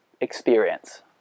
experience